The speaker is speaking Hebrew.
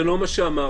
זה לא מה שאמרתי.